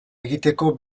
egiteko